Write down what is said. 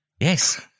Yes